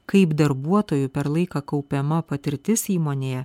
kaip darbuotojui per laiką kaupiama patirtis įmonėje